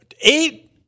Eight